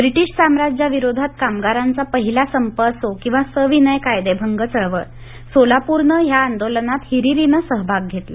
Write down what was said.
British साम्राज्याविरोधात कामागारांचा पहिला संप असो किंवा सविनय कायदेभंग चळवळ सोलापूरने या आंदोलनांत हिरहिरीनं सहभाग घेतला